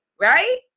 right